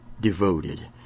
devoted